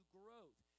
growth